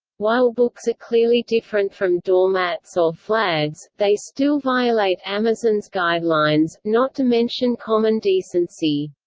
while books are clearly different from doormats or flags, they still violate amazon's guidelines, not to mention common decency.